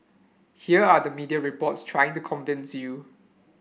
here are the media reports trying to convince you